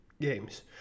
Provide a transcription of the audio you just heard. games